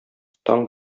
таң